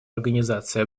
организации